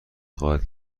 خواهد